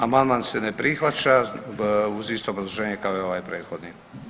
Amandman se ne prihvaća uz isto obrazloženje kao i ovaj prethodni.